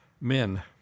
men